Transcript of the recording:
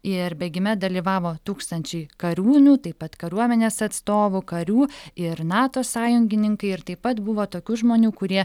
ir bėgime dalyvavo tūkstančiai kariūnų taip pat kariuomenės atstovų karių ir nato sąjungininkai ir taip pat buvo tokių žmonių kurie